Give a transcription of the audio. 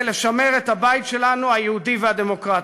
לשמר את הבית שלנו היהודי והדמוקרטי.